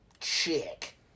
Chick